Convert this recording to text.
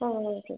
ഓ ഓ ശരി